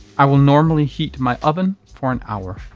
i will normally heat my oven for an hour.